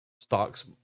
stocks